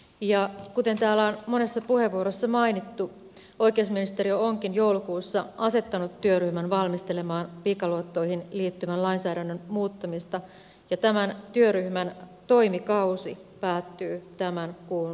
ja kuten täällä on monessa puheenvuoroissa mainittu oikeusministeri onkin joulukuussa asettanut työryhmän valmistelemaan pikaluottoihin liittyvän lainsäädännön muuttamista ja tämän työryhmän toimikausi päättyy tämän kuun lopussa